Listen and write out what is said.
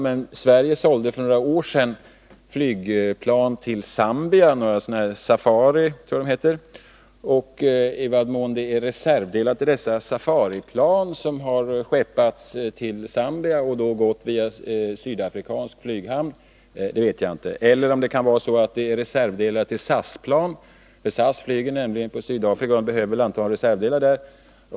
Men Sverige sålde för några år sedan några flygplan av typen Safari till Zambia. I vad mån det är reservdelar till dessa Safariplan som har skeppats till Zambia, och då gått via sydafrikansk hamn, vet jag inte. Jag vet inte heller om det kan vara så att det är fråga om reservdelar till SAS-plan, ty SAS flyger nämligen på Sydafrika och behöver väl antagligen reservdelar där.